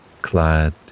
clad